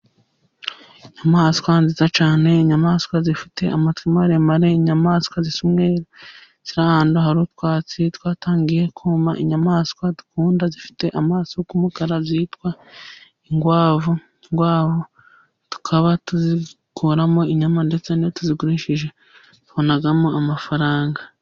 Inyamaswa nziza cyane, inyamaswa zifite amatwi maremare, inyamaswa zisa umweru, ziri ahantu hari utwatsi twatangiye kuma. Inyamaswa dukunda zifite amaso y'umukara zitwa inkwavu. Inkwavu tukaba tuzikuramo inyama, ndetse n'iyo tuzigurishije tubonamo amafaranga.